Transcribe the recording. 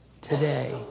today